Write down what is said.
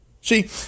See